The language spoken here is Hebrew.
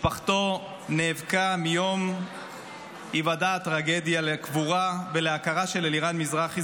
משפחתו נאבקה מיום היוודע הטרגדיה על קבורה ועל הכרה של אלירן מזרחי,